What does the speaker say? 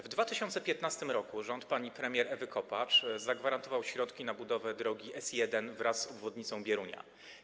W 2015 r. rząd pani premier Ewy Kopacz zagwarantował środki na budowę drogi S1 wraz z obwodnicą Bierunia.